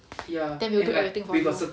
then we'll do everything for you